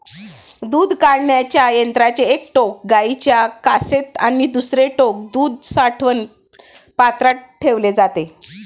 दूध काढण्याच्या यंत्राचे एक टोक गाईच्या कासेत आणि दुसरे टोक दूध साठवण पात्रात ठेवले जाते